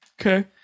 Okay